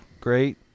great